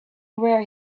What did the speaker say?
where